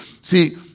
See